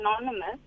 anonymous